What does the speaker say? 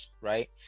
right